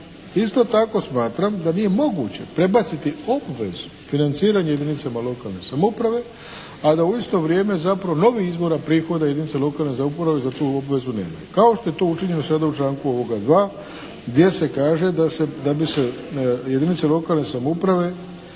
Isto tako smatram da nije moguće prebaciti obvezu financiranja jedinicama lokalne samouprave, a da u isto vrijeme zapravo novih izvora prihoda jedinica lokalne samouprave za tu obvezu nemaju, kao što je to učinjeno sada u članku 2. gdje se kaže da se bi se jedinice lokalne samouprave